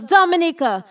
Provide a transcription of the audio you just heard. Dominica